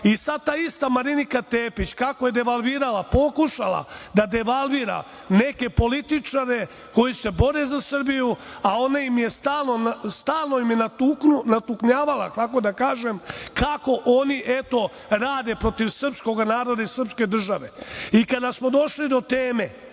Sada ta ista Marinika Tepić, kako je devalvirala, pokušala da devalvira neka političare, koji se bore za Srbiju, a ona im je stalno natuknjavala, kako da kažem, kako oni eto, rade protiv srpskog naroda i protiv srpske države.I, kada smo došli do teme